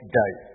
die